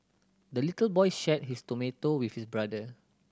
the little boy shared his tomato with his brother